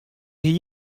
hie